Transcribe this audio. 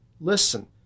listen